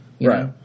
Right